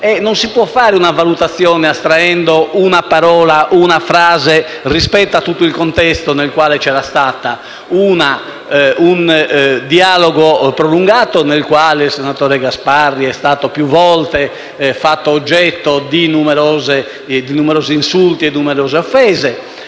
non si può fare una valutazione estrapolando una parola o una frase rispetto a tutto il contesto che ha visto un dialogo prolungato nel quale il senatore Gasparri è stato più volte fatto oggetto di numerosi insulti e di altrettante offese.